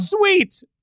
sweet